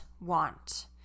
want